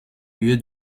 lieu